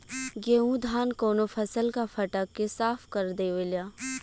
गेहू धान कउनो फसल क फटक के साफ कर देवेला